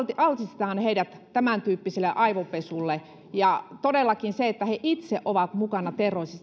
altistetaan heidät tämäntyyppiselle aivopesulle ja todellakin että he itse ovat mukana